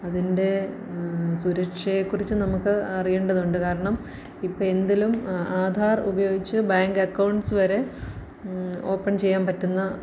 അതിൻ്റെ സുരക്ഷയെക്കുറിച്ച് നമുക്ക് അറിയേണ്ടതുണ്ട് കാരണം ഇപ്പം എന്തിലും ആധാർ ഉപയോഗിച്ച് ബാങ്ക് അക്കൗണ്ട്സ് വരെ ഓപ്പൺ ചെയ്യാം പറ്റുന്ന